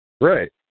Right